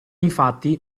infatti